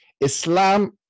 Islam